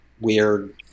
weird